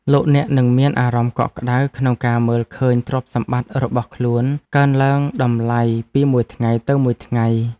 លោកអ្នកនឹងមានអារម្មណ៍កក់ក្តៅក្នុងការមើលឃើញទ្រព្យសម្បត្តិរបស់ខ្លួនកើនឡើងតម្លៃពីមួយថ្ងៃទៅមួយថ្ងៃ។